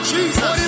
Jesus